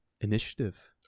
initiative